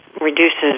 reduces